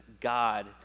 God